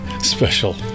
special